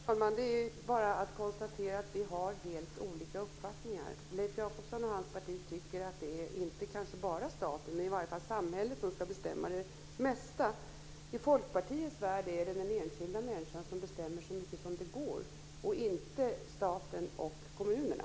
Fru talman! Det är bara att konstatera att vi har helt olika uppfattningar. Leif Jakobsson och hans parti tycker att det inte kanske bara är staten men i varje fall samhället som ska bestämma det mesta. I Folkpartiets värld är det den enskilda människan som bestämmer så mycket som det går, inte staten och kommunerna.